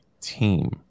team